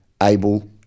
able